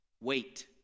Wait